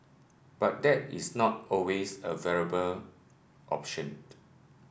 but that is not always a viable optioned